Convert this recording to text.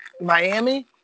Miami